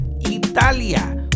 Italia